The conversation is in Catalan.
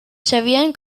sabien